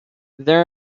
there